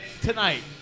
tonight